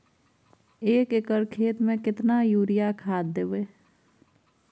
एक एकर खेत मे केतना यूरिया खाद दैबे?